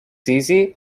easy